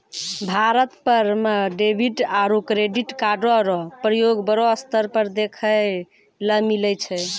भारत भर म डेबिट आरू क्रेडिट कार्डो र प्रयोग बड़ो स्तर पर देखय ल मिलै छै